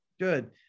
Good